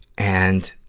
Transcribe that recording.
and,